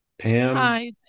Pam